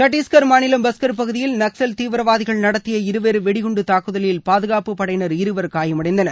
சத்தீஸ்கர் மாநிலம் பஸ்கர் பகுதியில் நக்ஸல் தீவிரவாதிகள் நடத்திய இருவேறு வெடு குண்டு தாக்குதலில் பாதுகாப்பு படையினர் இருவர் காயமடைந்தனர்